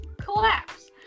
collapse